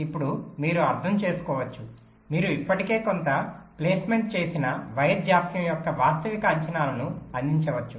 ఇప్పుడు మీరు అర్థం చేసుకోవచ్చు మీరు ఇప్పటికే కొంత ప్లేస్మెంట్ చేసిన వైర్ జాప్యం యొక్క వాస్తవిక అంచనాను అందించవచ్చు